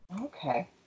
okay